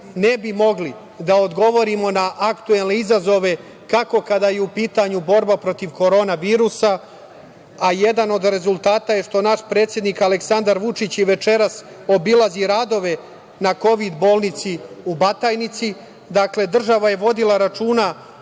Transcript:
ne bismo mogli da odgovorimo na aktuelne izazove kada je u pitanju borba protiv korona virusa, a jedan od rezultata je što naš predsednik Aleksandar Vučić i večeras obilazi radove na kovid bolnici u Batajnici. Dakle, država je vodila računa